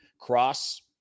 cross